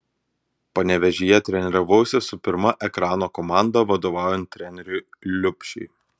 panevėžyje treniravausi su pirma ekrano komanda vadovaujant treneriui liubšiui